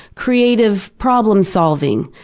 creative problem-solving,